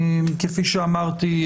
כפי שאמרתי,